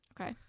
Okay